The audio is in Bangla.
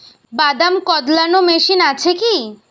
বাদাম কদলানো মেশিন আছেকি?